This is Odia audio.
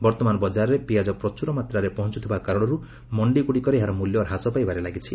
ବର୍ତ୍ତମାନ ବଜାରରେ ପିଆଜ ପ୍ରଚୁର ମାତ୍ରାରେ ପହଞ୍ଚୁଥିବା କାରଣରୁ ମଣ୍ଡିଗୁଡ଼ିକରେ ଏହାର ମୂଲ୍ୟ ହ୍ରାସ ପାଇବାରେ ଲାଗିଛି